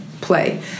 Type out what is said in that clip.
play